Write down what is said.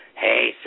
hey